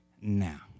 now